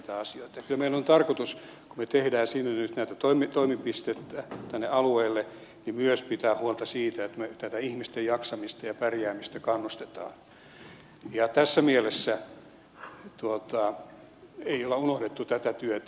kyllä meillä on tarkoitus kun me teemme nyt näitä toimenpiteitä tänne alueelle myös pitää huolta siitä että me tätä ihmisten jaksamista ja pärjäämistä kannustamme ja tässä mielessä emme ole unohtaneet tätä työtä